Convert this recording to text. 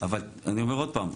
אני אומר עוד פעם,